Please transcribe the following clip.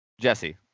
jesse